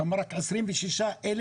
אתה אומר שיש רק 29,000?